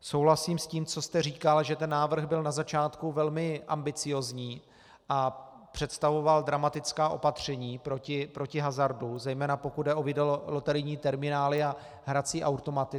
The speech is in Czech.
Souhlasím s tím, co jste říkal, že ten návrh byl na začátku velmi ambiciózní a představoval dramatická opatření proti hazardu, zejména pokud jde o loterijní terminály a hrací automaty.